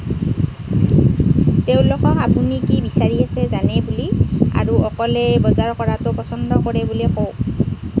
তেওঁলোকক আপুনি কি বিচাৰি আছে জানে বুলি আৰু অকলে বজাৰ কৰাটো পছন্দ কৰে বুলি কওক